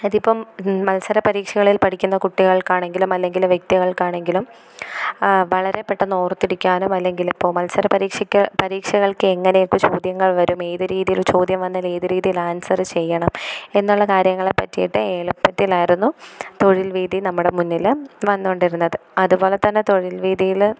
അതിപ്പം മത്സരപരീക്ഷകളിൽ പഠിക്കുന്ന കുട്ടികൾക്കാണെങ്കിലും അല്ലെങ്കിൽ വ്യക്തികൾക്കാണെങ്കിലും വളരെ പെട്ടെന്ന് ഓർത്തിരിക്കാനും അല്ലെങ്കിലിപ്പോൾ മത്സര പരീക്ഷയ്ക്ക് പരീക്ഷകൾക്ക് എങ്ങനെയൊക്കെ ചോദ്യങ്ങൾ വരും ഏത് രീതിയിൽ ചോദ്യം വന്നാൽ ഏത് രീതിയിൽ ആൻസർ ചെയ്യണം എന്നുള്ള കാര്യങ്ങളെ പറ്റിയിട്ട് എളുപ്പത്തിലായിരുന്നു തൊഴിൽവീഥി നമ്മടെ മുന്നിൽ വന്നുകൊണ്ടിരുന്നത് അതുപോലെത്തന്നെ തൊഴിൽവീഥിയിൽ